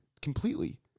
completely